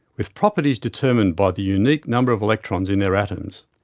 with properties determined by the unique number of electrons in their atoms.